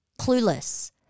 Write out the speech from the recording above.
clueless